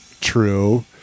true